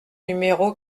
numéro